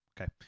okay